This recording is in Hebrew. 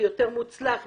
מוצלח יותר,